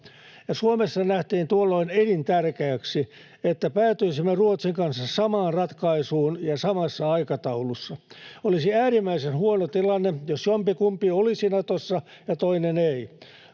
Suomessa nähtiin tuolloin elintärkeäksi, että päätyisimme Ruotsin kanssa samaan ratkaisuun ja samassa aikataulussa. Olisi äärimmäisen huono tilanne, jos jompikumpi olisi Natossa ja toinen ei.